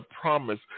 promise